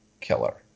killer